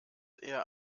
eher